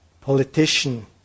politician